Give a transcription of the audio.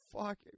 fuck